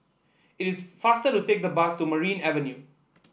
it is faster to take the bus to Maria Avenue